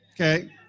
Okay